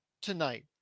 tonight